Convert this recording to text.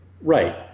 Right